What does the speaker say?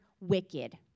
wicked